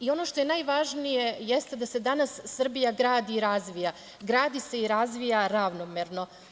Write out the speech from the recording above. Ono što je najvažnije jeste da se danas Srbija gradi i razvija, gradi se i razvija ravnomerno.